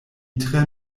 tre